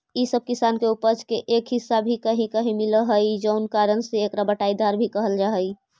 इ सब किसान के उपज के एक हिस्सा भी कहीं कहीं मिलऽ हइ जउन कारण से एकरा बँटाईदार भी कहल जा हइ